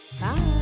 Bye